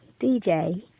DJ